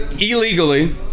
Illegally